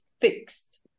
fixed